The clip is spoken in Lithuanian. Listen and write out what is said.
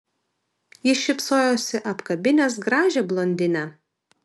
jis šypsojosi apkabinęs gražią blondinę